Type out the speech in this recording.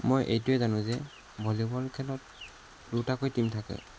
মই এইটোৱে জানো যে ভলীবল খেলত দুটাকৈ টীম থাকে